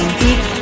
deep